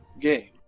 game